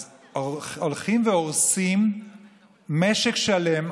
אז הולכים והורסים משק שלם,